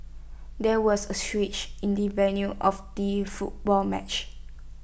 there was A switch in the venue of the football match